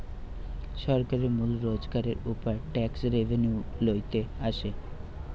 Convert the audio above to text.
সরকারের মূল রোজগারের উপায় ট্যাক্স রেভেন্যু লইতে আসে